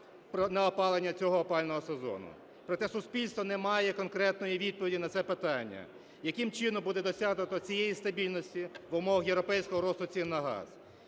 на опалення цього опалювального сезону. Проте суспільство не має конкретної відповіді на це питання, яким чином буде досягнуто цієї стабільності в умовах європейського росту цін на газ